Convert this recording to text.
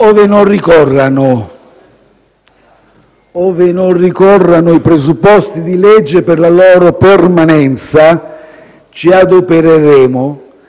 Ove non ricorrano i presupposti di legge per la loro permanenza, ci adopereremo